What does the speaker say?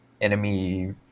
enemy